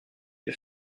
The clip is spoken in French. est